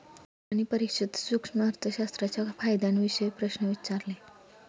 सरांनी परीक्षेत सूक्ष्म अर्थशास्त्राच्या फायद्यांविषयी प्रश्न विचारले